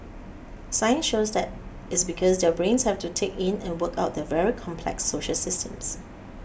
science shows that is because their brains have to take in and work out their very complex social systems